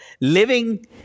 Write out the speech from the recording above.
living